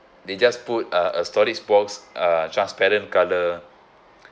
they just put uh a storage box uh transparent color